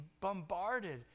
bombarded